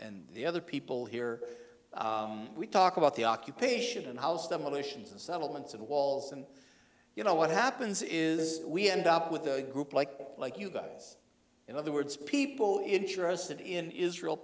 and the other people here we talk about the occupation and house demolitions and settlements and walls and you know what happens is we end up with a group like like you go in other words people interested in israel